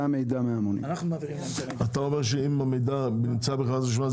אתה אומר שאם המידע נמצא בחברת החשמל,